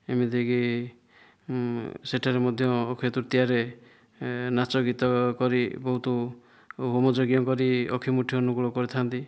ଏମିତିକି ସେଠାରେ ମଧ୍ୟ ଅକ୍ଷୟ ତୃତୀୟାରେ ନାଚଗୀତ କରି ବହୁତ ହୋମ ଯଜ୍ଞ କରି ଅକ୍ଷିମୁଠି ଅନୁକୂଳ କରିଥାନ୍ତି